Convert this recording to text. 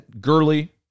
Gurley